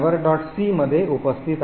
c मध्ये उपस्थित आहे